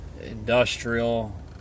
industrial